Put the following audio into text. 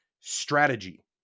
strategy